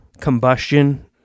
combustion